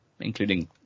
including